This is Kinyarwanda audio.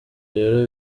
rero